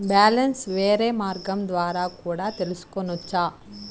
Balance వేరే మార్గం ద్వారా కూడా తెలుసుకొనొచ్చా?